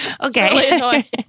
Okay